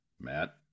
Matt